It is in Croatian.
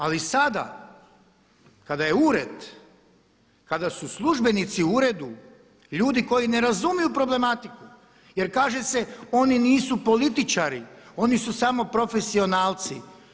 Ali sada kada je ured, kada su službenici u uredu ljudi koji ne razumiju problematiku jer kaže se oni nisu političari, oni su samo profesionalci.